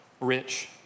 Rich